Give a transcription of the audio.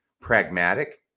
pragmatic